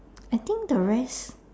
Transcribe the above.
I think the rest